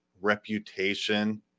reputation